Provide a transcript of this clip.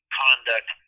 conduct